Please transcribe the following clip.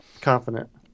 Confident